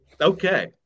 Okay